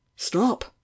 stop